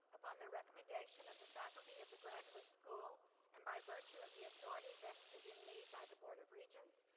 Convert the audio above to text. upon the recommendation of the faculty of the graduate school and by virtue of the authority vested in me by the board of regents,